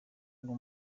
ngo